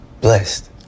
blessed